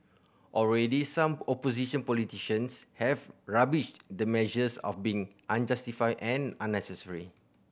already some opposition politicians have rubbished the measures of being unjustified and unnecessary